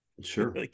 Sure